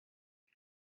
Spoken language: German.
wir